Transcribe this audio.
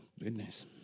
Goodness